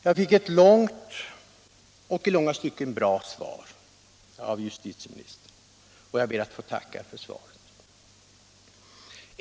Jag fick ett långt och i långa stycken bra svar av justitieministern, och jag ber att få tacka för det.